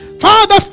Father